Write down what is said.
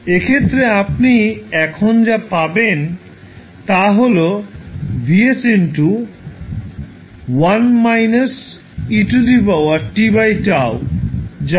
এক্ষেত্রে আপনি এখন যা পাবেন তা হল যা t0 সময়ের জন্য